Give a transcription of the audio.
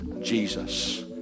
Jesus